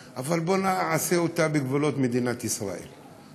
אבל בוא נעשה אותה בגבולות מדינת ישראל.